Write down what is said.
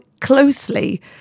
closely